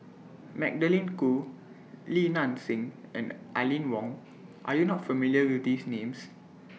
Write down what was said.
Magdalene Khoo Li Nanxing and Aline Wong Are YOU not familiar with These Names